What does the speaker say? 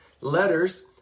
letters